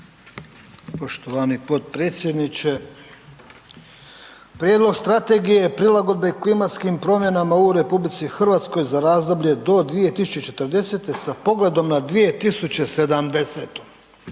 Poštovani potpredsjedniče. Prijedlog Strategije prilagodbe klimatskim promjenama u RH za razdoblje do 2040. s pogledom na 2070.